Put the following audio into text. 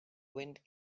wind